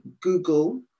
Google